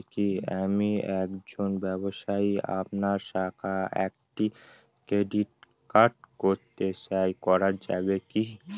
আমি একজন ব্যবসায়ী আপনার শাখায় একটি ক্রেডিট কার্ড করতে চাই করা যাবে কি?